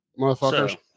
motherfuckers